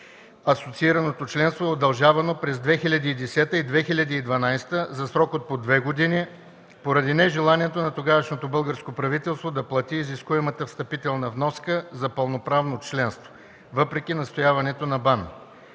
Асоциираното членство е удължавано през 2010-а и 2012 г. за срок от по две години поради нежеланието на тогавашното българско правителство да плати изискуемата встъпителна вноска за пълноправно членство, въпреки настояването на БАН.